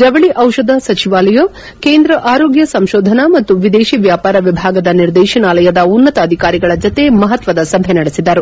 ಜವಳಿ ಡಿಷಧ ಸಚಿವಾಲಯ ಕೇಂದ್ರ ಆರೋಗ್ಯ ಸಂಶೋಧನಾ ಮತ್ತು ವಿದೇಶಿ ವ್ಯಾಪಾರ ವಿಭಾಗದ ನಿರ್ದೇಶನಾಲಯದ ಉನ್ನತ ಅಧಿಕಾರಿಗಳ ಜತೆ ಮಪತ್ವದ ಸಭೆ ನಡೆಸಿದರು